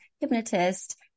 hypnotist